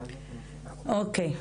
או.קיי.